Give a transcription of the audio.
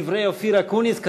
דברי אופיר אקוניס,